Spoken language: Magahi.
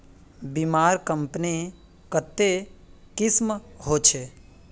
बीमार कंपनी कत्ते किस्म होछे